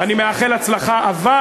אני מאחל הצלחה, אבל